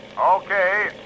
Okay